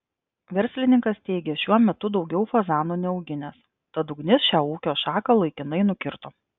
verslininkas teigė šiuo metu daugiau fazanų neauginęs tad ugnis šią ūkio šaką laikinai nukirto